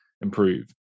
improve